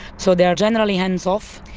so they are generally hands-off.